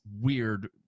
weird